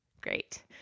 Great